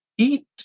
eat